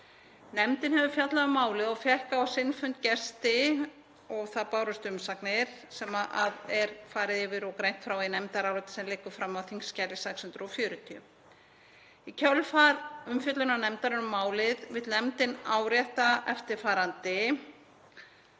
Nefndin hefur fjallað um málið og fékk á sinn fund gesti og það bárust umsagnir sem er farið yfir og greint frá í nefndaráliti sem liggur frammi á þskj. 640. Í kjölfar umfjöllunar nefndarinnar vill nefndin árétta eftirfarandi: